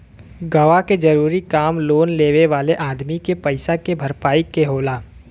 गवाह के जरूरी काम लोन लेवे वाले अदमी के पईसा के भरपाई के होला